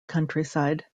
countryside